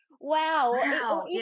wow